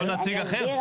או נציג אחר.